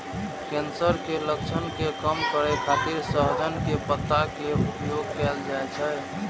cancer के लक्षण के कम करै खातिर सहजन के पत्ता के उपयोग कैल जाइ छै